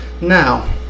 Now